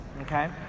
okay